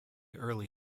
early